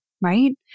right